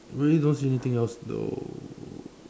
really don't see anything else though